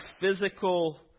physical